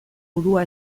burua